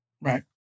Right